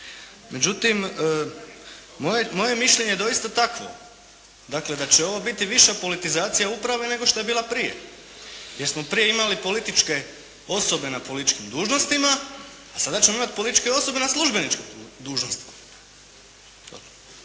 Međutim, moje je mišljenje doista takvo, dakle da će ovo biti viša politizacija uprave nego što je bila prije. Jer smo prije imali političke osobe na političkim dužnostima, a sada ćemo imati političke osobe na službeničkim dužnostima.